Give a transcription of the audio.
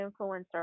influencer